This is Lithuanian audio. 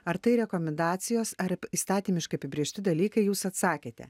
ar tai rekomendacijos ar įstatymiškai apibrėžti dalykai jūs atsakėte